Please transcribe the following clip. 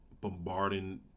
bombarding